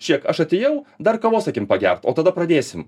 žiūrėk aš atėjau dar kavos eikim pagert o tada pradėsim